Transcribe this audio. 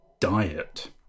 diet